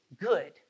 good